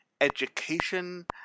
education